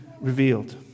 revealed